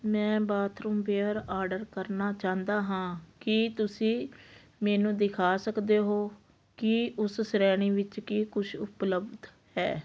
ਮੈਂ bathroom ware order ਕਰਨਾ ਚਾਹੁੰਦਾ ਹਾਂ ਕੀ ਤੁਸੀਂ ਮੈਨੂੰ ਦਿਖਾ ਸਕਦੇ ਹੋ ਕਿ ਉਸ ਸ਼੍ਰੇਣੀ ਵਿੱਚ ਕੀ ਕੁਛ ਉਪਲਬਧ ਹੈ